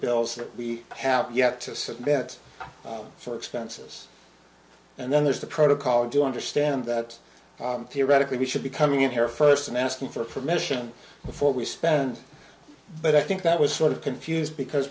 bills that we have yet to submit for expenses and then there's the protocol do understand that theoretically we should be coming in here first and asking for permission before we spend but i think that was sort of confused because